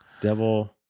Devil